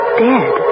dead